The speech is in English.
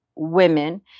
women